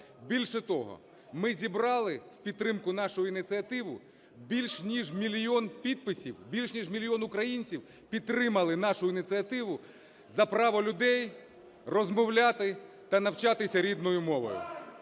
Більше того, ми зібрали в підтримку нашої ініціативи більше ніж мільйон підписів, більше ніж мільйон українців підтримали нашу ініціативу за право людей розмовляти та навчатися рідною мовою.